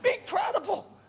Incredible